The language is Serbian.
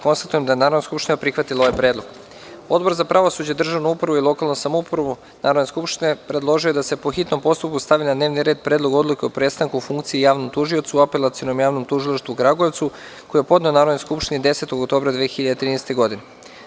Konstatujem da je Narodna skupština prihvatila ovaj predlog Odbor za pravosuđe, državnu upravu i lokalnu samoupravu Narodne skupštine predložio je da se po hitnom postupku stavi na dnevni red Predlog odluke o prestanku funkcije javnom tužiocu u Apelacionom javnom tužilaštvu u Kragujevcu, koji je podneo Narodnoj skupštini 10. oktobra 2013. godine.